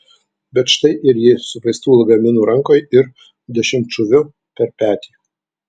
bet štai ir ji su vaistų lagaminu rankoj ir dešimtšūviu per petį